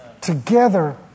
Together